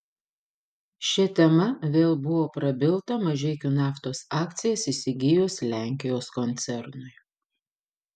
šia tema vėl buvo prabilta mažeikių naftos akcijas įsigijus lenkijos koncernui